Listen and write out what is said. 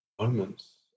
Moments